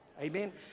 Amen